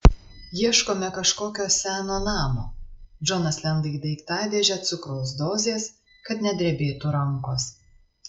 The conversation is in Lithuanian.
ieškome kažkokio seno namo džonas lenda į daiktadėžę cukraus dozės kad nedrebėtų rankos